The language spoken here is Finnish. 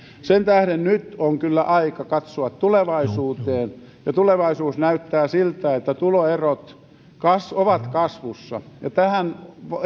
sen tähden nyt on kyllä aika katsoa tulevaisuuteen ja tulevaisuus näyttää siltä että tuloerot ovat kasvussa tähän